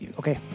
okay